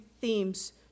themes